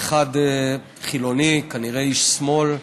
האחד חילוני, כנראה איש שמאל,